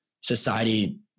society